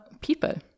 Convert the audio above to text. people